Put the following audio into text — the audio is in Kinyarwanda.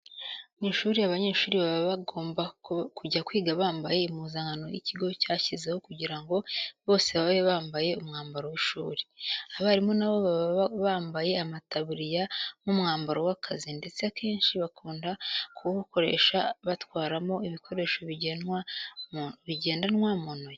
Mu ishuri abanyeshuri baba bagomba kujya kwiga bambaye impuzankano ikigo cyashyizeho kugira ngo bose babe bambaye umwamaro w'ishuri. Abarimu na bo baba bambaye amataburiya nk'umwambaro w'akazi ndetse akenshi bakunda kuwukoresha batwaramo ibikoresho bigendanwa mu ntoki.